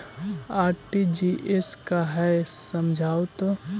RTGS का है समझाहू तो?